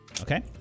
Okay